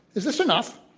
is this enough?